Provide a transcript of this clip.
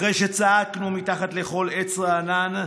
אחרי שצעקנו מתחת לכל עץ רענן,